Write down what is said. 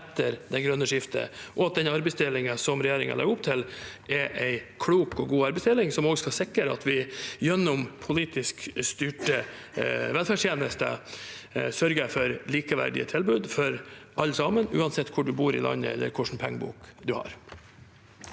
etter det grønne skiftet, og at den arbeidsdelingen som regjeringen legger opp til, er en klok og god arbeidsdeling som også skal sikre at vi gjennom politisk styrte velferdstjenester sørger for likeverdige tilbud for alle sammen, uansett hvor man bor i landet, eller hva slags lommebok man har.